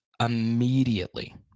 Immediately